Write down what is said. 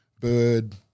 bird